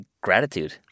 gratitude